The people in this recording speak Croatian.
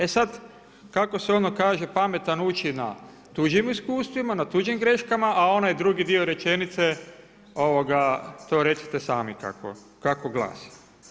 E sad, kako se ono kaže, pametan uči na tuđim iskustvima na tuđim greškama, a onaj drugi dio rečenice to recite sami kako glasi.